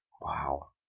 Wow